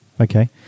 Okay